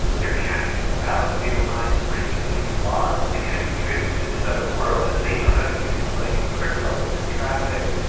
they're casting about, they don't mind breaking a few laws, and they kind of drift into this other world. and they know how to do things like encrypt all of their traffic,